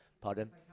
Pardon